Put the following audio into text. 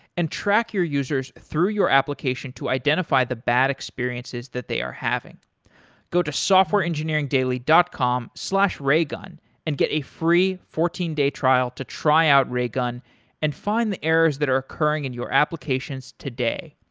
and track your users through your application to identify the bad experiences that they are having go to softwareengineeringdaily dot com slash raygun and get a free fourteen day trial to try out raygun and find the errors that are occurring in your applications today.